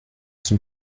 zum